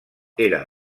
era